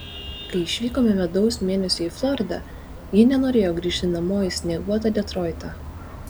kai išvykome medaus mėnesiui į floridą ji nenorėjo grįžti namo į snieguotą detroitą